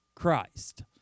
Christ